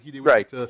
right